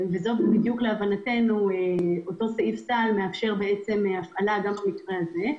ומבחינתנו אותו סעיף סל מאפשר הפעלה במקרה הזה.